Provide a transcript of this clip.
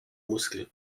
muskel